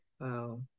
Wow